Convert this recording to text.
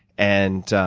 and